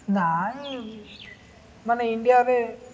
ନାଇଁ ମାନେ ଇଣ୍ଡିଆରେ